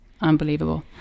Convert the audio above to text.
unbelievable